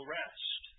rest